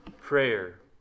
Prayer